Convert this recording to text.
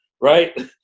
right